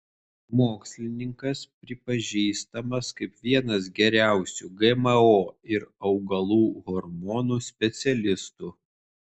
mokslininkas pripažįstamas kaip vienas geriausių gmo ir augalų hormonų specialistų